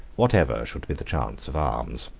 whatever should be the chance of arms.